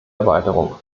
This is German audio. erweiterung